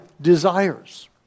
desires